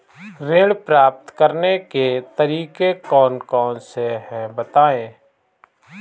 ऋण प्राप्त करने के तरीके कौन कौन से हैं बताएँ?